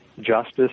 justice